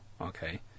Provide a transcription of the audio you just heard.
okay